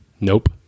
Nope